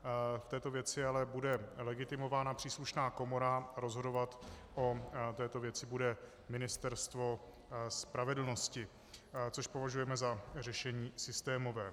V této věci ale bude legitimována příslušná komora, rozhodovat o této věci bude Ministerstvo spravedlnosti, což považujeme za řešení systémové.